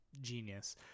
genius